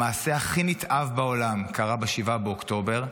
המעשה הכי נתעב בעולם קרה ב-7 באוקטובר,